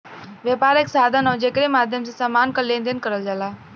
व्यापार एक साधन हौ जेकरे माध्यम से समान क लेन देन करल जाला